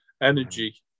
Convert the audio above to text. energy